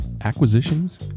acquisitions